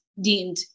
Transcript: deemed